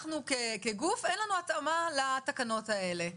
אנחנו כגוף, אין לנו התאמה לתקנות האלה.